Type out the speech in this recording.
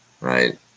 right